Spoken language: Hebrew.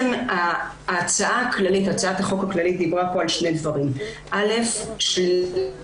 הצעת החוק הכללית דיברה על שני דברים: שלילת